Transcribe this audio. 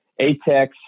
Atex